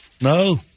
No